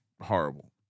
horrible